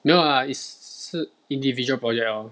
no lah is 是 individual project lor